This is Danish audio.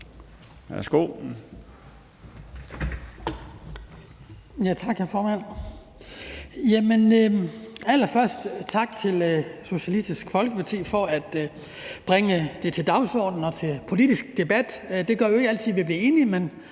Tak, hr. formand.